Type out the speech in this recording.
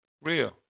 Real